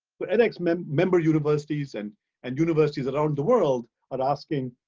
but edx member member universities and and universities around the world are asking,